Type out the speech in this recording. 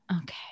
okay